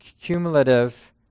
cumulative